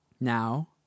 now